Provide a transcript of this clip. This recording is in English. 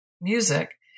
music